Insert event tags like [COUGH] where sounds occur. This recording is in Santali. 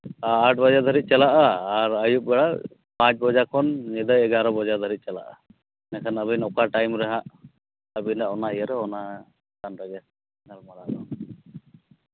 ᱟᱴ ᱵᱟᱡᱮ ᱫᱷᱟᱹᱵᱤᱡ ᱪᱟᱞᱟᱜᱼᱟ ᱟᱹᱭᱩᱵ ᱟᱨ ᱯᱟᱸᱪ ᱵᱟᱡᱟ ᱠᱷᱚᱱ ᱧᱤᱫᱟᱹ ᱮᱜᱟᱨᱚ ᱵᱟᱡᱟ ᱫᱷᱟᱹᱵᱤᱡ ᱪᱟᱞᱟᱜᱼᱟ ᱮᱸᱰᱮᱠᱷᱟᱱ ᱟᱹᱵᱤᱱ ᱚᱠᱟ ᱴᱟᱭᱤᱢ ᱨᱮ ᱦᱟᱸᱜ ᱟᱹᱵᱤᱱᱟᱜ ᱚᱱᱟ ᱤᱭᱟᱹ ᱨᱮ ᱚᱱᱟ [UNINTELLIGIBLE] ᱜᱟᱞᱢᱟᱨᱟᱣ ᱫᱚ